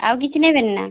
ଆଉ କିଛି ନେବେନି ନା